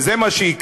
וזה מה שיקרה,